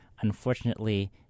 Unfortunately